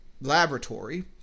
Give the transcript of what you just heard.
laboratory